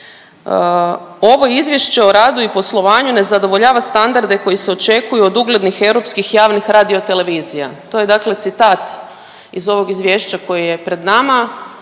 Ovo izvješće o radu i poslovanju ne zadovoljava standarde koji se očekuju od uglednih europskih javnih radiotelevizija. To je dakle citat iz ovog izvješća koji je pred nama.